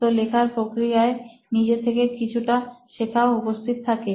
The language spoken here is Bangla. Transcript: তো লেখার প্রক্রিয়ায় নিজে থেকে কিছুটা শেখাও উপস্থিত থাকে